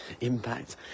impact